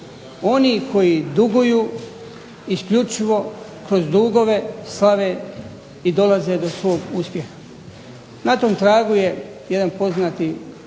oni koji duguju isključivo kroz dugove slave i dolaze do svog uspjeha. Na tom tragu je jedan poznati